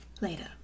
later